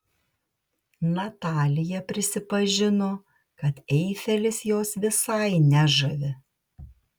natalija prisipažino kad eifelis jos visai nežavi